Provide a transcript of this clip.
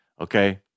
Okay